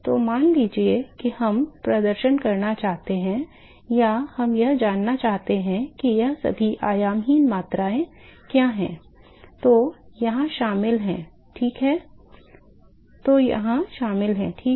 तो मान लीजिए कि हम प्रदर्शन करना चाहते हैं या हम यह जानना चाहते हैं कि ये सभी आयामहीन मात्राएं क्या हैं जो यहां शामिल हैं ठीक है